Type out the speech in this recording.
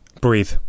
Breathe